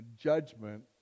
judgment